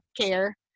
care